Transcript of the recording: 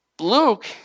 Luke